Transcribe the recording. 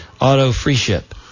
auto-free-ship